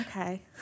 Okay